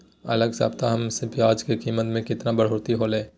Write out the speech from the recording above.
अगला सप्ताह प्याज के कीमत में कितना बढ़ोतरी होलाय?